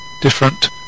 different